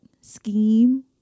scheme